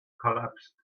collapsed